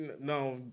no